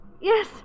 Yes